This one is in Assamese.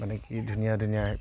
মানে কি ধুনীয়া ধুনীয়া